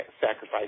sacrifice